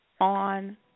On